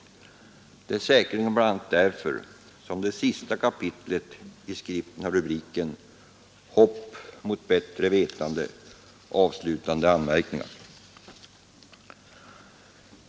Det är säkerligen bl.a. därför som det sista kapitlet i skriften har rubriken ”Hopp mot bättre vetande — avslutande anmärkningar”.